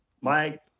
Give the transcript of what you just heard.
Mike